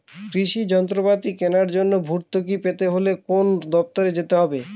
কৃষি যন্ত্রপাতি কেনার জন্য ভর্তুকি পেতে হলে কোন দপ্তরে যেতে হবে?